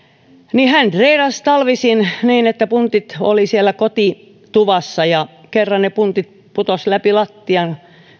hän treenasi talvisin niin että puntit olivat siellä kotituvassa ja kerran ne puntit putosivat läpi lattian